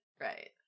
right